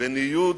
בניוד